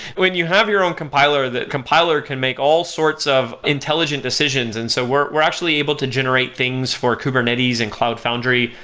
when you have your own compiler, that compiler can make all sorts of intelligent decisions. and so we're we're actually able to generate things for kubernetes and cloud foundry.